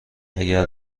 اگر